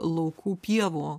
laukų pievų